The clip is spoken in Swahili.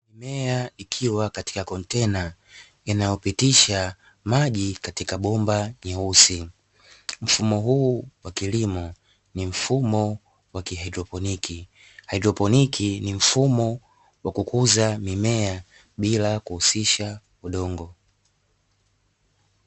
Mimea ikiwa katika kontena linalopitisha maji katika bomba nyeusi, mfumo huu wa kilimo ni mfumo wa kihaidroponi. Haidroponi ni mfumo wa kukuza mimea bila kuhusisha udongo.